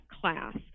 class